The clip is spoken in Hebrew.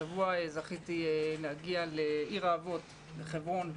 השבוע זכיתי להגיע לעיר האבות חברון.